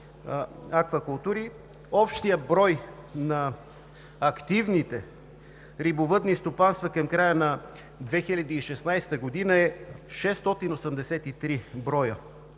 общият брой на активните рибовъдни стопанства към края на 2016 г. е 683 броя.